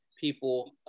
people